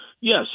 yes